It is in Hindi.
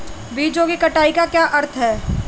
बीजों की कटाई का क्या अर्थ है?